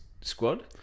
squad